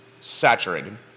saturated